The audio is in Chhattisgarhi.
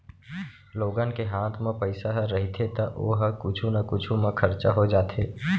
लोगन के हात म पइसा ह रहिथे त ओ ह कुछु न कुछु म खरचा हो जाथे